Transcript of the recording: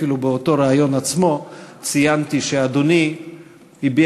אפילו באותו ריאיון עצמו ציינתי שאדוני הביע